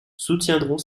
soutiendront